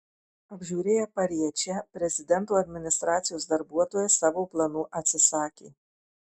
apžiūrėję pariečę prezidento administracijos darbuotojai savo planų atsisakė